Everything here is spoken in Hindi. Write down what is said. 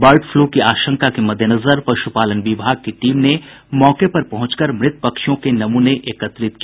बर्ड फ्लू की आशंका के मद्देनजर पशुपालन विभाग की टीम ने मौके पर पहुंचकर मृत पक्षियों के नमूने एकत्रित किया